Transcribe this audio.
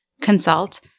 consult